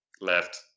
left